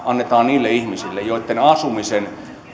annetaan niille ihmisille joitten asumisen